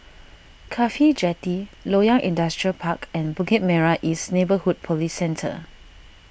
Cafhi Jetty Loyang Industrial Park and Bukit Merah East Neighbourhood Police Centre